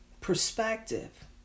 perspective